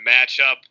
matchup